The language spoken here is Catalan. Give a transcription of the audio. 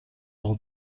del